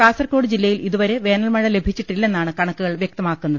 കാസർകോട് ജില്ലയിൽ ഇതുവരെ വേനൽമഴ ലഭിച്ചിട്ടില്ലെന്നാണ് കണക്കുകൾ വ്യക്തമാ ക്കുന്നത്